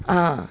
uh